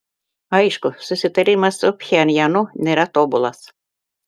aišku susitarimas su pchenjanu nėra tobulas